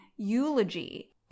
eulogy